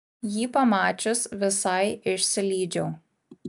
jį pamačius visai išsilydžiau